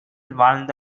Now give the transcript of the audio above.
வாழ்ந்த